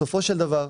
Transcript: בסופו של דבר.